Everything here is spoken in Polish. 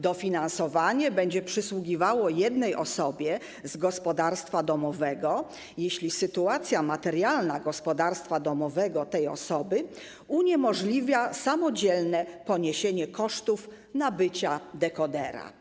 Dofinansowanie będzie przysługiwało jednej osobie z gospodarstwa domowego, jeśli sytuacja materialna gospodarstwa domowego tej osoby uniemożliwia samodzielne ponoszenie kosztów nabycia dekodera.